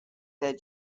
their